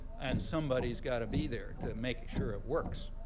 and somebody's got to be there to make sure it works.